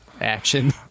action